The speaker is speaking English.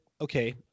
Okay